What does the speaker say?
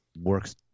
works